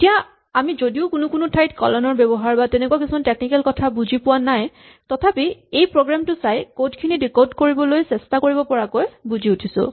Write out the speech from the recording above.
এতিয়া আমি যদিও কোনো কোনো ঠাইত কলন ৰ ব্যৱহাৰ বা তেনেকুৱা কিছুমান টেকনিকেল কথা বুজি পোৱা নাই তথাপি এই প্ৰগ্ৰেম টো চাই কড খিনি ডিকড কৰিবলৈ চেষ্টা কৰিব পৰাকৈ বুজি উঠিছো